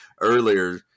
earlier